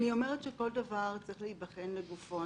אני אומרת שכל דבר צריך להיבחן לגופו.